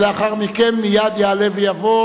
ולאחר מכן, מייד יעלה ויבוא